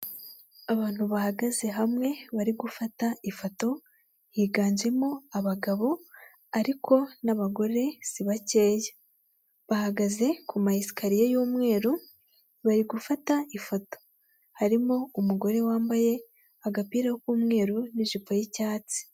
Abantu bahagaze hamwe bari gufata ifoto, higanjemo abagabo ariko n'abagore si bakeya. Bahagaze ku ma esikariye y'umweru bari gufata ifoto, harimo umugore wambaye agapira k'umweru n'jipo y’icyatsi.